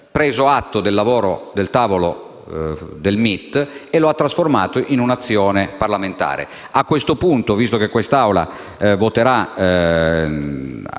preso atto del lavoro svolto dal tavolo del MIT e l'ha trasformato in un'azione parlamentare. A questo punto, visto che quest'Assemblea voterà